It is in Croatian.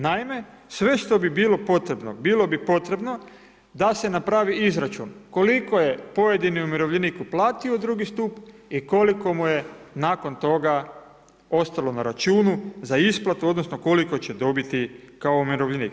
Naime, sve što bi bilo potrebno, bilo bi potrebno da se napravi izračun koliko je pojedini umirovljenik uplatio u drugi stup i koliko mu je nakon toga ostalo na računu za isplatu, odnosno, koliko će dobiti kao umirovljenik.